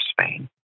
Spain